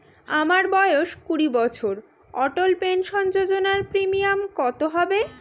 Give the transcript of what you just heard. আমার বয়স কুড়ি বছর অটল পেনসন যোজনার প্রিমিয়াম কত হবে?